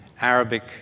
Arabic